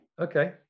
okay